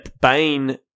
Bane